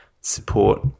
support